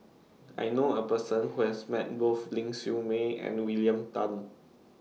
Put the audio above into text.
I known A Person Who has Met Both Ling Siew May and William Tan